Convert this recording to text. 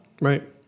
Right